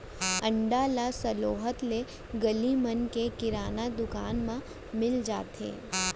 अंडा ह सहोल्लत ले गली मन के किराना दुकान म मिल जाथे